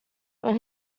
when